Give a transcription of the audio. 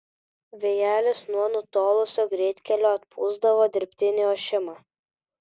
vėjelis nuo nutolusio greitkelio atpūsdavo dirbtinį ošimą